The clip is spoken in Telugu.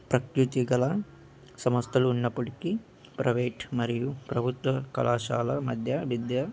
ప్రత్యేకత గల సంస్థలు ఉన్నప్పటికీ ప్రైవేట్ మరియు ప్రభుత్వ కళాశాల మధ్య విద్య